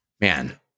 Man